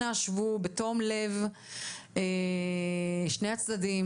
אנא שבו בתום-לב, שני הצדדים, ותגיעו להסכמים.